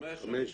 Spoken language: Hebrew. חמש שנים.